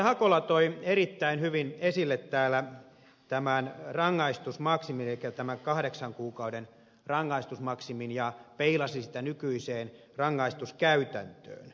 hakola toi erittäin hyvin esille täällä tämän kahdeksan kuukauden rangaistusmaksimin ja peilasi sitä nykyiseen rangaistuskäytäntöön